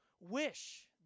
wish